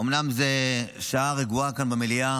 אומנם זו שעה רגועה כאן במליאה,